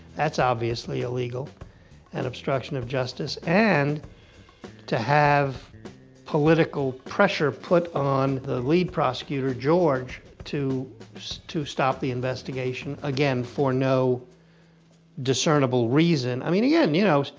that's obviously illegal and obstruction of justice. and to have political pressure put on the lead prosecutor george to to stop the investigation, again for no discernible reason. i mean again, yeah and you know,